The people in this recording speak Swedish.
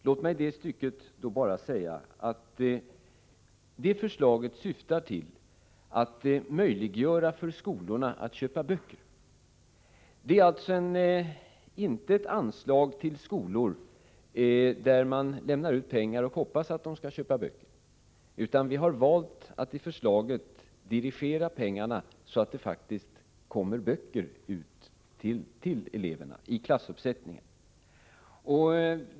Låt mig på den punkten bara säga att det nu aktuella förslaget syftar till att möjliggöra för skolorna att köpa böcker. Det är alltså inte ett anslag till skolorna där man lämnar ut pengar och hoppas att de skall köpa böcker. Vi har i förslaget i stället valt att dirigera pengarna så att det faktiskt köps böcker i klassuppsättningar till eleverna.